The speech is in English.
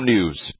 News